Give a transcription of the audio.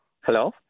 Hello